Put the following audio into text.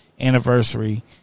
anniversary